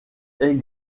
est